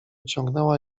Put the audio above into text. ciągnęła